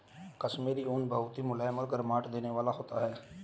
कश्मीरी ऊन बहुत मुलायम और गर्माहट देने वाला होता है